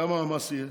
כמה המס יהיה?